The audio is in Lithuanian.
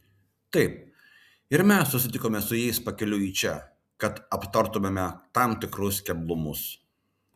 taip ir mes susitikome su jais pakeliui į čia kad aptartumėme tam tikrus keblumus